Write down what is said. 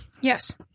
Yes